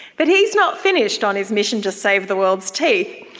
but he's not finished on his mission to save the world's teeth.